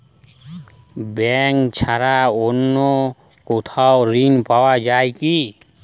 Bank ছাড়া অন্য কোথাও ঋণ পাওয়া যায় কি?